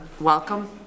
welcome